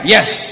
Yes